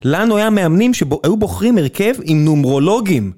לנו היה מאמנים שהיו בוחרים הרכב עם נומרולוגים